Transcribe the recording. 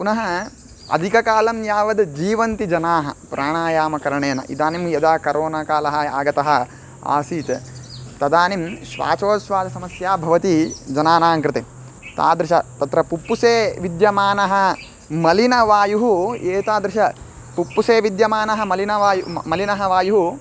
पुनः अधिककालं यावत् जीवन्ति जनाः प्राणायामकरणेन इदानीं यदा करोना कालः आगतः आसीत् तदानीं श्वासोछ्वाससमस्या भवति जनानां कृते तादृशः तत्र पुप्पुसे विद्यमानः मलिनवायुः एतादृश पुप्पुसे विद्यमानः मलिनवायुः मलिनः वायुः